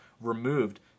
removed